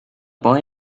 boy